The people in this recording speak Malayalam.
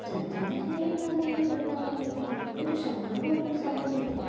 ഇതെത്ര നേരമായി ഈ ട്രാഫിക്കില് കിടക്കാൻ തുടങ്ങിയിട്ട് നമുക്കൊരു ക്ഷമ എന്ന് പറഞ്ഞൊരു സംഗതി ഇല്ലേ